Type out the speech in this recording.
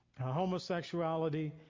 homosexuality